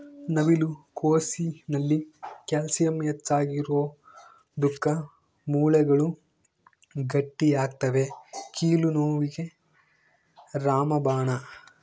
ನವಿಲು ಕೋಸಿನಲ್ಲಿ ಕ್ಯಾಲ್ಸಿಯಂ ಹೆಚ್ಚಿಗಿರೋದುಕ್ಕ ಮೂಳೆಗಳು ಗಟ್ಟಿಯಾಗ್ತವೆ ಕೀಲು ನೋವಿಗೆ ರಾಮಬಾಣ